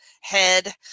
head